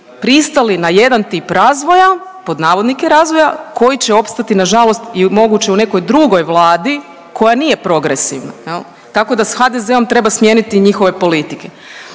pristali na jedan tip razvoja, pod navodnike razvoja, koji će opstati nažalost i moguće u nekoj drugoj Vladi koja nije progresivna jel, tako da s HDZ-om treba smijeniti i njihove politike.